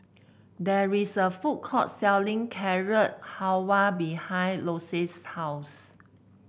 there is a food court selling Carrot Halwa behind Lacey's house